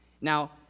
Now